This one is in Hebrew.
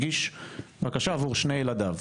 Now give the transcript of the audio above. הגיש בקשה עבור שני ילדיו,